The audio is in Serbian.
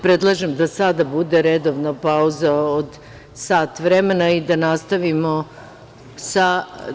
Predlažem da sada bude redovna pauza od sat vremena i da nastavimo posle sa radom.